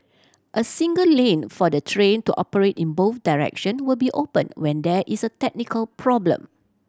a single lane for the train to operate in both direction will be open when there is a technical problem